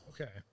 Okay